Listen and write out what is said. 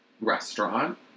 restaurant